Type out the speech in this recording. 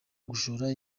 gushora